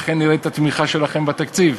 אכן נראה את התמיכה שלכם בתקציב.